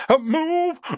move